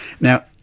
Now